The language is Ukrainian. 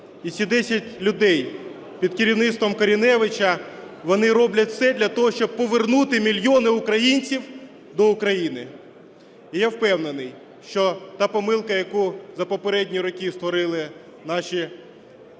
І ці десять людей під керівництвом Кориневича, вони роблять все для того, щоб повернути мільйони українців до України. І я впевнений, що та помилка, яку за попередні роки створили наші шановні